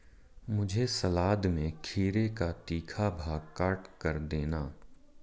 मुझे सलाद में खीरे का तीखा भाग काटकर देना